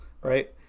right